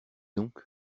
donc